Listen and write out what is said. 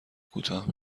کوتاه